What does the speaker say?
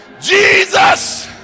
Jesus